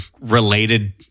related